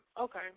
Okay